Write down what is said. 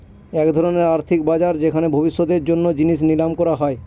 এক ধরনের আর্থিক বাজার যেখানে ভবিষ্যতের জন্য জিনিস নিলাম করা হয়